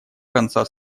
конца